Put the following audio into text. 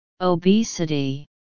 obesity